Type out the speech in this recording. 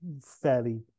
fairly